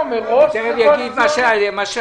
תכף הוא יגיד מה שהיה.